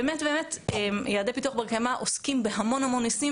באמת באמת יעדי פיתוח בר קיימא עוסקים בהמון המון נושאים,